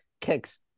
kicks